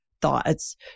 thoughts